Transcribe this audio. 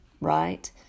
right